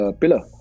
Pillar